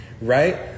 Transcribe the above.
right